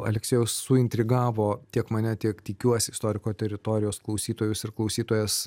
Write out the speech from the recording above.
aleksiejus suintrigavo tiek mane tiek tikiuosi istoriko teritorijos klausytojus ir klausytojas